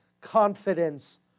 confidence